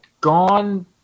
gone